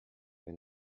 wir